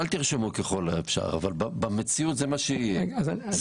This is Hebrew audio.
אבל במציאות זה מה שיהיה.